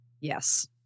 Yes